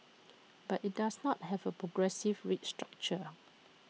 but IT does not have A progressive rate structure